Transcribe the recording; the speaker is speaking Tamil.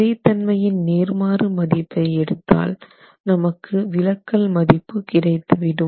விறைத் தன்மையின் நேர்மாறு மதிப்பை எடுத்தால் நமக்கு விலக்கல் மதிப்பு கிடைத்துவிடும்